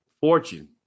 fortune